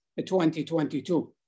2022